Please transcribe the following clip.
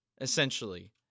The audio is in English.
essentially